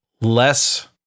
less